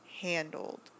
handled